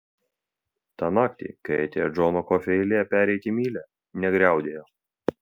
tą naktį kai atėjo džono kofio eilė pereiti mylia negriaudėjo